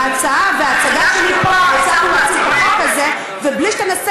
בהצעה ובהצגה שלי פה הצלחנו להציל את החוק הזה בלי שתנסה